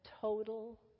total